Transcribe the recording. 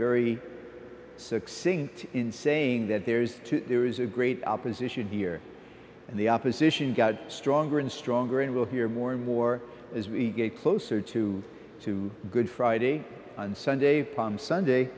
very succinct in saying that there's two there is a great opposition here and the opposition got stronger and stronger and we'll hear more and more as we get closer to two good friday on sunday palm sunday